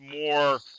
more